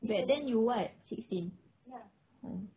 back then you what sixteen oh